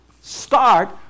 start